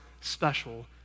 Special